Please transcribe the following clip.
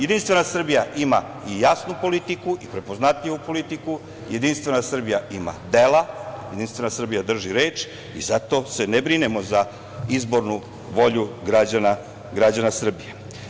Jedinstvena Srbija ima i jasnu politiku i prepoznatljivu politiku, Jedinstvena Srbija ima dela, Jedinstvena Srbija drži reč i zato se ne brinemo za izbornu volju građana Srbije.